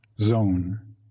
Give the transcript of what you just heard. zone